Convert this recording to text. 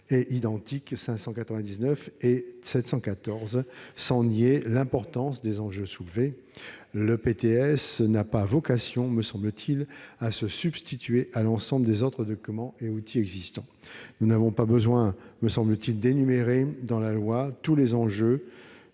714 rectifié. Sans pour autant nier l'importance des enjeux soulevés, le PTS n'a pas vocation, me semble-t-il, à se substituer à l'ensemble des autres documents et outils existants. Nous n'avons pas besoin d'énumérer dans la loi tous les enjeux